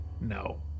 No